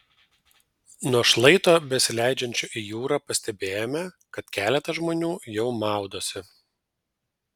nuo šlaito besileidžiančio į jūrą pastebėjome kad keletas žmonių jau maudosi